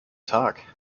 tag